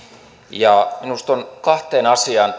minusta on tärkeä kiinnittää nyt huomiota kahteen asiaan